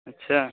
اچھا